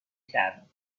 کردماسم